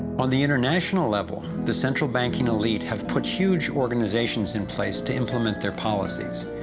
on the international level, the central banking elite have put huge organizations in place to implement their policies,